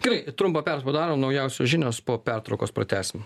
gerai trumpą pertrauką padarom naujausios žinios po pertraukos pratęsim